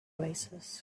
oasis